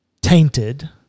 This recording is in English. tainted